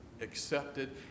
accepted